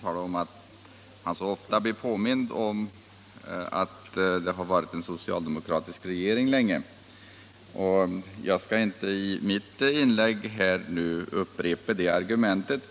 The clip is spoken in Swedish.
tala om att han så ofta blev påmind om att vi haft en socialdemokratisk regering länge. Jag skall inte i mitt inlägg använda det argumentet.